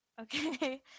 Okay